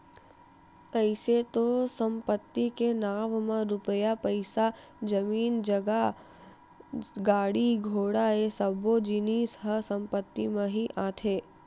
अइसे तो संपत्ति के नांव म रुपया पइसा, जमीन जगा, गाड़ी घोड़ा ये सब्बो जिनिस ह संपत्ति म ही आथे